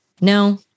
No